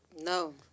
No